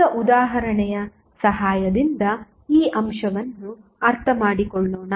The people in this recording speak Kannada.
ಈಗ ಉದಾಹರಣೆಯ ಸಹಾಯದಿಂದ ಈ ಅಂಶವನ್ನು ಅರ್ಥಮಾಡಿಕೊಳ್ಳೋಣ